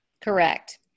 Correct